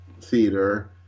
theater